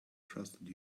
trusted